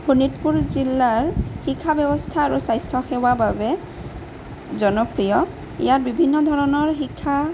শোণিতপুৰ জিলাৰ শিক্ষা ব্যৱস্থা আৰু স্বাস্থ্যসেৱাৰ বাবে জনপ্ৰিয় ইয়াত বিভিন্ন ধৰণৰ শিক্ষা